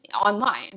online